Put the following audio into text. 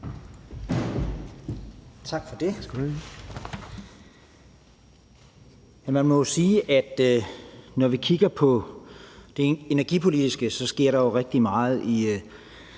Tak for det.